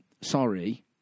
sorry